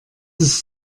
ist